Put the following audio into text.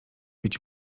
być